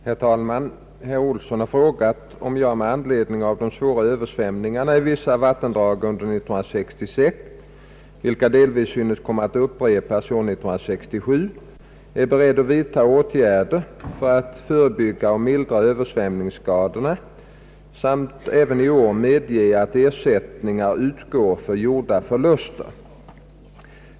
Herr talman! Herr Olsson har frågat om jag med anledning av de svåra översvämningarna i vissa vattendrag under år 1966, vilka delvis synes komma att upprepas år 1967, är beredd att vidta åtgärder för att förebygga och mildra Ööversvämningsskadorna samt även i år medge att ersättningar utgår för gjorda förluster.